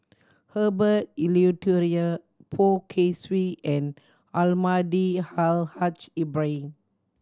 Herbert Eleuterio Poh Kay Swee and Almahdi Al Haj Ibrahim